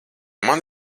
man